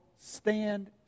stand